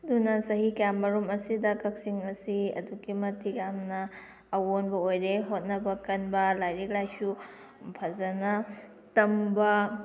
ꯑꯗꯨꯅ ꯆꯍꯤ ꯀꯌꯥ ꯑꯃꯔꯣꯝ ꯑꯁꯤꯗ ꯀꯛꯆꯤꯡ ꯑꯁꯤ ꯑꯗꯨꯛꯀꯤ ꯃꯇꯤꯛ ꯌꯥꯝꯅ ꯑꯑꯣꯟꯕ ꯑꯣꯏꯔꯦ ꯍꯣꯠꯅꯕ ꯀꯟꯕ ꯂꯥꯏꯔꯤꯛ ꯂꯥꯏꯁꯨ ꯐꯖꯅ ꯇꯝꯕ